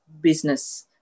business